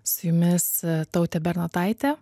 su jumis tautė bernotaitė